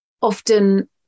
Often